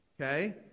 okay